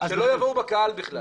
שלא יבואו בקהל בכלל.